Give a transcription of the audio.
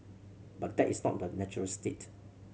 but that is not the natural state